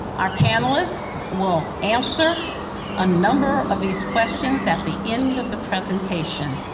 our panelists will answer a number of these questions at the end of the presentation.